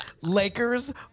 Lakers